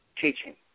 Teaching